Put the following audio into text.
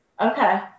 Okay